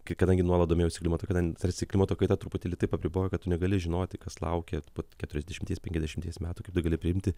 kai kadangi nuolat domėjausi klimato kaita tarsi klimato kaita truputėlį taip apriboja kad tu negali žinoti kas laukia po keturiasdešimties penkiasdešimties metų kaip tai gali priimti